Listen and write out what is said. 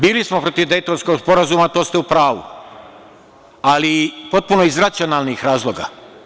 Bili smo protiv Dejtonskog sporazuma, to ste u pravu, ali iz potpuno racionalnih razloga.